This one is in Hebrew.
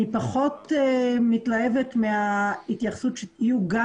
אני פחות מתלהבת מההתייחסות שיהיו גם